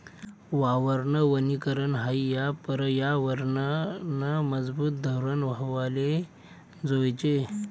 वावरनं वनीकरन हायी या परयावरनंनं मजबूत धोरन व्हवाले जोयजे